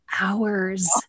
hours